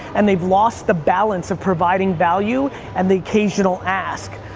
and they've lost the balance of providing value, and the occasional ask.